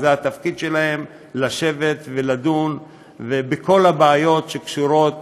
זה תפקידן: לשבת ולדון בכל הבעיות שקשורות,